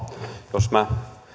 jos minä